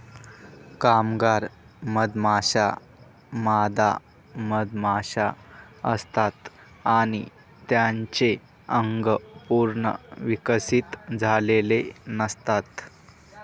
कामगार मधमाश्या मादा मधमाशा असतात आणि त्यांचे अंग पूर्ण विकसित झालेले नसतात